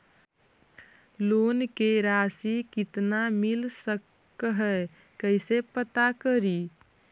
Loan के रासि कितना मिल सक है कैसे पता करी?